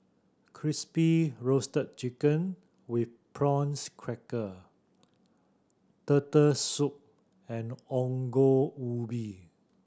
Crispy Roasted Chicken with prawns cracker Turtle Soup and Ongol Ubi